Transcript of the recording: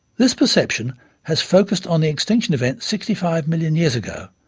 this perception has focussed on the extinction event sixty five million years ago,